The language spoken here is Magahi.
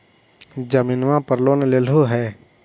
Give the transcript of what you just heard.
जमीनवा पर लोन लेलहु हे?